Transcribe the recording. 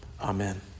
Amen